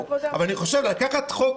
אבל לקחת חוק